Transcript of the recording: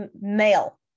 male